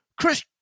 Chris